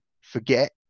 forget